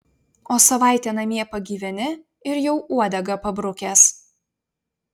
o savaitę namie pagyveni ir jau uodegą pabrukęs